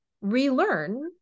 relearn